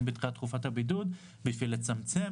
בתחילת תקופת הבידוד על מנת לצמצם.